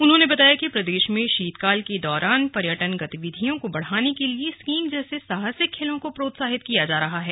उन्होंने बताया कि प्रदेश में शीतकाल के दौरान पर्यटन गतिविधियों को बढ़ाने के लिए स्किइंग जैसे साहसिक खेलों को प्रोत्साहित किया जा रहा है